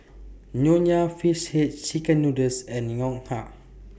Nonya Fish Head Chicken Noodles and Ngoh Hiang